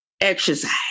exercise